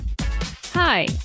Hi